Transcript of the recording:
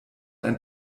ein